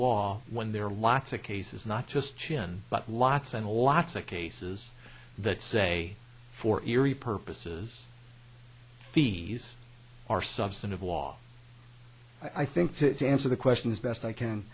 wall when there are lots of cases not just chin but lots and lots of cases that say for yri purposes fees are substantive was i think to answer the question as best i can